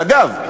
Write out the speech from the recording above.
אגב,